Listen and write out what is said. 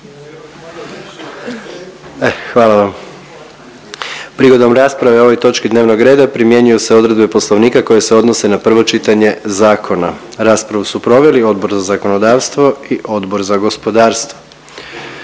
sabora. Prigodom rasprave o ovoj točki dnevnog reda primjenjuju se odluke Poslovnika koje se odnose na prvo čitanje zakona. Raspravu su proveli Odbor za zakonodavstvo, te Odbor za pomorstvo,